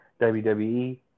WWE